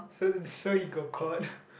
so so he got caught